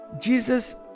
Jesus